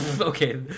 okay